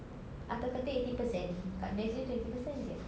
atas katil eighty percent dekat desk you twenty percent jer